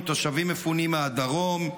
עם תושבים מפונים מהדרום,